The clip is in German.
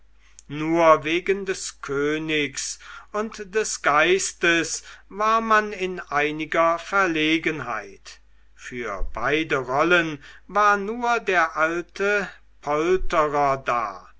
nur wegen des königs und des geistes war man in einiger verlegenheit für beide rollen war nur der alte polterer da